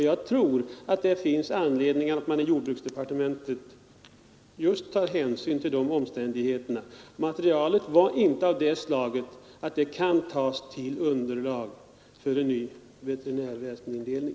Jag tror att det finns anledning för jordbruksdepartementet att ta hänsyn till de omständigheterna. Materialet i prognoserna var inte av det slaget att det kan tas till underlag för en ny veterinärdistriktsindelning.